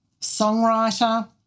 songwriter